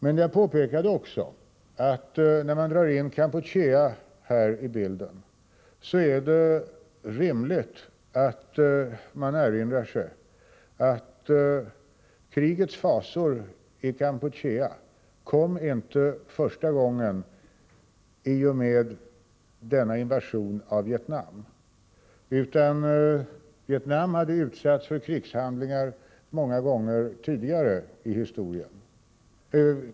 Men jag påpekade också att när man här drar in Kampucheai bilden, är det rimligt att man erinrar sig att krigets fasor i Kampuchea inte kom första gången i och med denna invasion från Vietnam.